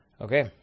Okay